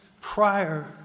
prior